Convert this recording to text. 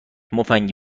مفنگی